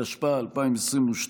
התשפ"ג 2022,